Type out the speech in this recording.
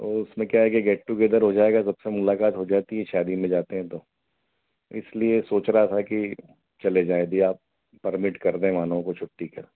वह उसमें क्या है कि गेट टूगेदर हो जाएगा तो फिर मुलाकात हो जाती शादी में जाते हैं तो इसलिए सोच रहा था कि चले जाएँ दिया परमिट कर दें मानव को छुट्टी का